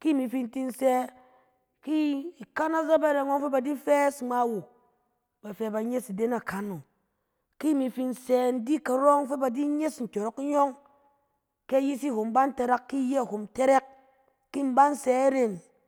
Ki imi fin tin sɛ ki ikan azɛbɛnɛng ɔng fɛ ba di fes ngma wuk, ba fɛ ba nyes ina na kano. Ki imi fɛ in sɛ in di karɔ fɛ ba di nyes nkyɔrɔng iyɔng, ke ayisi min ban tarak, ki iyɛ hom tɛrɛk, ki in ban se iren.